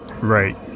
Right